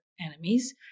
enemies